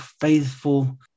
faithful